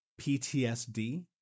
PTSD